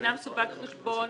סווג חשבון